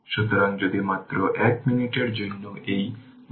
সুতরাং যদি মাত্র 1 মিনিটের জন্য এই মাধ্যমে যান